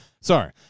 Sorry